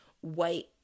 white